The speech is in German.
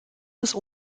des